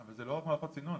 אבל זה לא רק מערכות סינון,